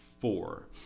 four